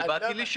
כן, לא הבנתי.